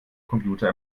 computer